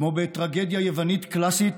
כמו בטרגדיה יוונית קלאסית,